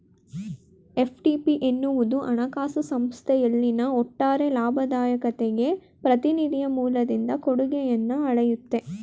FTP ಎನ್ನುವುದು ಹಣಕಾಸು ಸಂಸ್ಥೆಯಲ್ಲಿನ ಒಟ್ಟಾರೆ ಲಾಭದಾಯಕತೆಗೆ ಪ್ರತಿನಿಧಿಯ ಮೂಲದಿಂದ ಕೊಡುಗೆಯನ್ನ ಅಳೆಯುತ್ತೆ